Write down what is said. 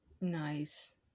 Nice